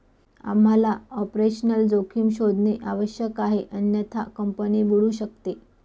आम्हाला ऑपरेशनल जोखीम शोधणे आवश्यक आहे अन्यथा कंपनी बुडू शकते